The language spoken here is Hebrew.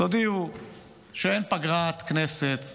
תודיעו שאין פגרת כנסת,